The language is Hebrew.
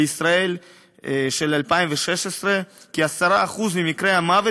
בישראל של 2016 כ-10% ממקרי המוות